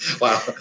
Wow